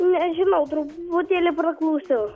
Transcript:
nežinau truputėlį praklausiau